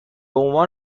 عنوان